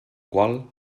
qual